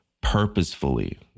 purposefully